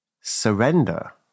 surrender